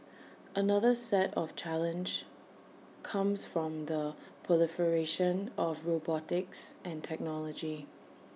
another set of challenge comes from the proliferation of robotics and technology